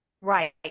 Right